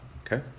Okay